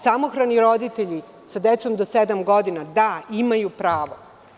Samohrani roditelji sa decom do sedam godina imaju pravo.